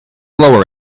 lower